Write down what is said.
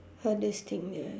hardest thing that I